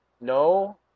no